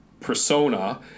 persona –